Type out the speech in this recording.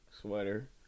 sweater